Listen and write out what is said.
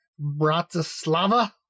Bratislava